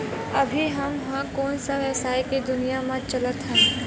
अभी हम ह कोन सा व्यवसाय के दुनिया म चलत हन?